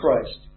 Christ